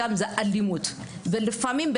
ולפעמים,